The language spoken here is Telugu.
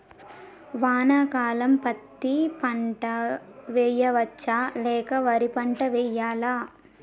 వానాకాలం పత్తి పంట వేయవచ్చ లేక వరి పంట వేయాలా?